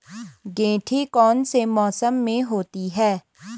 गेंठी कौन से मौसम में होती है?